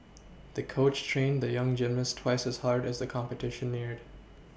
the coach trained the young gymnast twice as hard as the competition neared